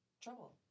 trouble